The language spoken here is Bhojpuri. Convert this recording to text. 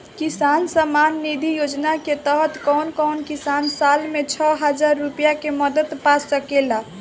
किसान सम्मान निधि योजना के तहत कउन कउन किसान साल में छह हजार रूपया के मदद पा सकेला?